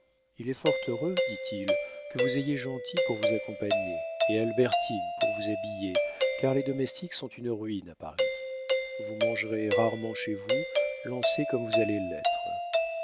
il est fort heureux dit-il que vous ayez gentil pour vous accompagner et albertine pour vous habiller car les domestiques sont une ruine à paris vous mangerez rarement chez vous lancée comme vous allez l'être